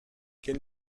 quel